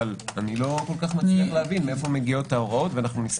אבל אני לא כל כך מבין מאיפה מגיעות ההוראות ואשמח